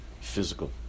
physical